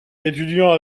étudiants